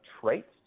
traits